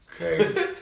Okay